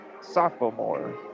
sophomore